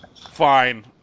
fine